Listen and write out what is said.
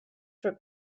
for